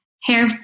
hair